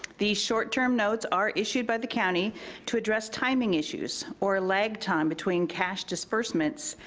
these short-term notes are issued by the county to address timing issues or lag time between cash disbursements,